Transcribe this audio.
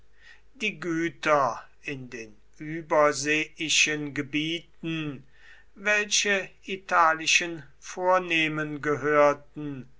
die güter in den überseeischen gebieten welche italischen vornehmen gehörten